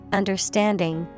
understanding